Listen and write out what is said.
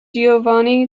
giovanni